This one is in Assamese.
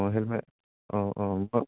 অঁ অঁ অঁ